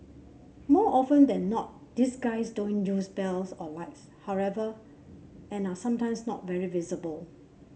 more often than not these guys don't use bells or lights however and are sometimes not very visible